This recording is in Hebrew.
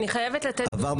עבר בשלום?